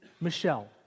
Michelle